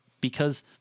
because-